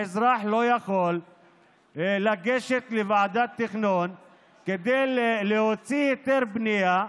האזרח לא יכול לגשת לוועדת תכנון כדי להוציא היתר בנייה,